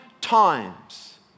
times